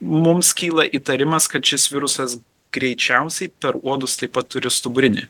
mums kyla įtarimas kad šis virusas greičiausiai per uodus taip pat turi stuburinį